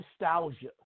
nostalgia